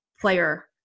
player